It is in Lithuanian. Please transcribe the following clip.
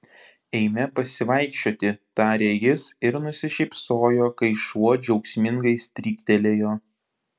eime pasivaikščioti tarė jis ir nusišypsojo kai šuo džiaugsmingai stryktelėjo